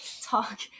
talk